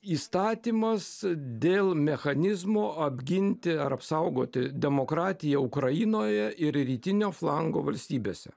įstatymas dėl mechanizmo apginti ar apsaugoti demokratiją ukrainoje ir rytinio flango valstybėse